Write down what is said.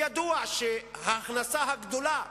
ידוע שההכנסה הגדולה